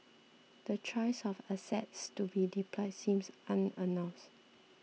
the choice of assets to be deployed seems unannounce